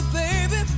baby